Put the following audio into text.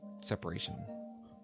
separation